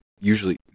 usually